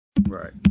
Right